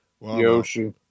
Yoshi